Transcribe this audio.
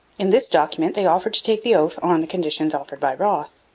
in this document they offered to take the oath on the conditions offered by wroth.